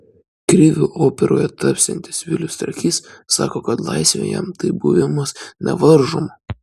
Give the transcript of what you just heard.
kriviu operoje tapsiantis vilius trakys sako kad laisvė jam tai buvimas nevaržomu